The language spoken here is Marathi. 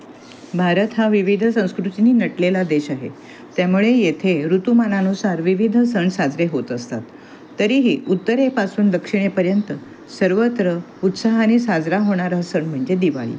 भारत हा विविध संस्कृतीनी नटलेला देश आहे त्यामुळे येथे ऋतुमानानुसार विविध सण साजरे होत असतात तरीही उत्तरेपासून दक्षिणेपर्यंत सर्वत्र उत्साहाने साजरा होणारा सण म्हणजे दिवाळी